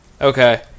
Okay